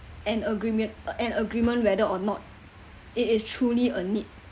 an agree~ an agreement whether or not it is truly a need